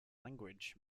language